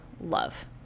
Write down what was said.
love